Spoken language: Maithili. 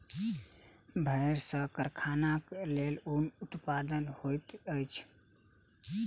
भेड़ सॅ कारखानाक लेल ऊनक उत्पादन होइत अछि